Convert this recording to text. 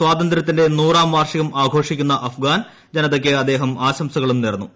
സ്വാതന്ത്യത്തിന്റെ നൂറാം വാർഷികം ആഘോഷിക്കുന്ന അഫ്ഗാൻ ജനതയ്ക്ക് അദ്ദേഹം ആശംസകളും നേർന്നു